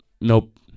Nope